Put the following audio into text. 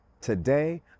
Today